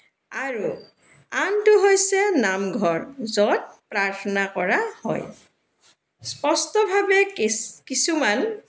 আৰু আনটো হৈছে নামঘৰ য'ত প্ৰাৰ্থনা কৰা হয় স্পষ্টভাৱে কিছ কিছুমান